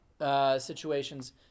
situations